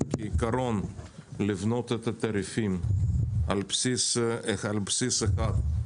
בעיקרון צריך לבנות את התעריפים על בסיס מרחק,